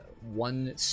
one